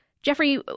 Jeffrey